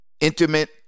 intimate